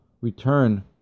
return